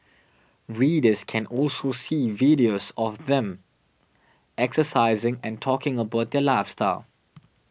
readers can also see videos of them exercising and talking about their lifestyle